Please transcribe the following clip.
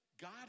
God